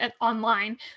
online